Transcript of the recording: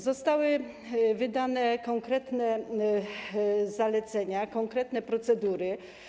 Zostały wydane konkretne zalecenia, konkretne procedury.